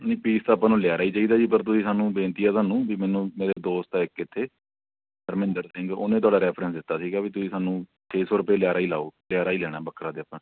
ਨਹੀਂ ਪੀਸ ਤਾਂ ਆਪਾਂ ਨੂੰ ਲਿਆਰਾ ਹੀ ਚਾਹੀਦਾ ਜੀ ਪਰ ਤੁਸੀਂ ਸਾਨੂੰ ਬੇਨਤੀ ਹੈ ਤੁਹਾਨੂੰ ਵੀ ਮੈਨੂੰ ਮੇਰੇ ਦੋਸਤ ਹੈ ਇੱਕ ਇੱਥੇ ਧਰਮਿੰਦਰ ਸਿੰਘ ਉਹਨੇ ਤੁਹਾਡਾ ਰੈਫਰੈਂਸ ਦਿੱਤਾ ਸੀਗਾ ਵੀ ਤੁਸੀਂ ਸਾਨੂੰ ਛੇ ਸੌ ਰੁਪਏ ਲਿਆਰਾ ਹੀ ਲਾਓ ਲਿਆਰਾ ਹੀ ਲੈਣਾ ਬੱਕਰਾ ਤਾਂ ਆਪਾਂ